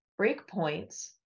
breakpoints